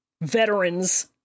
veterans